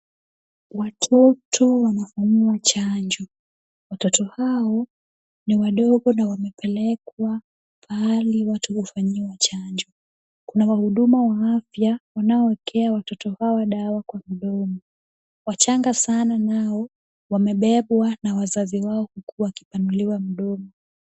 Watoto wanafanyiwa chanjo. Watoto hao ni wadogo na wamepelekwa pahali watu hufanyiwa chanjo. Kuna wahuduma wa afya wanaowekea watoto hawa dawa kwa mdomo. Wachanga sana nao wamebebwa na wazazi wao huku wakipanuliwa mdomo.